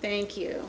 thank you